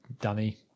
Danny